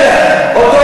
בוז'י, אתה היית שותף לזה.